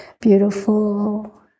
beautiful